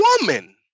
woman